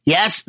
Yes